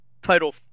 Title